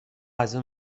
ازاون